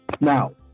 Now